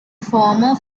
former